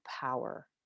power